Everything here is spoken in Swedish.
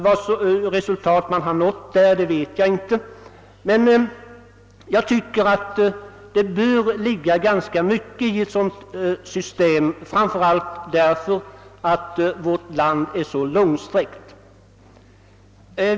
Vilka resultat man där uppnått vet jag inte, men jag tycker att det bör ligga ganska mycket i ett sådant system, framför allt därför att vårt land är så långsträckt.